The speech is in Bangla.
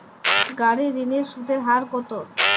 গাড়ির ঋণের সুদের হার কতো?